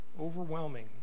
overwhelming